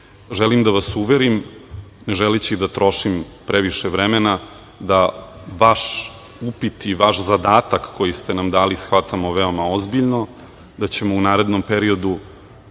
da vas uverim, ne želeći da trošim previše vremena, da vaš upit i vaš zadatak koji ste nam dali shvatamo veoma ozbiljno, da ćemo u narednom periodu